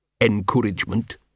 encouragement